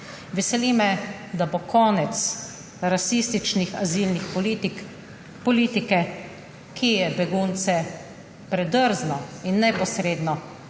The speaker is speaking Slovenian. Veseli me, da bo konec rasističnih azilnih politik, politike, ki je begunce predrzno in neposredno